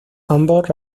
ambos